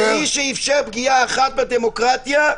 מי שאפשר פגיעה אחת בדמוקרטיה,